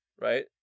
Right